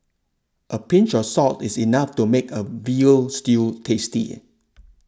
a pinch of salt is enough to make a Veal Stew tasty